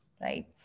right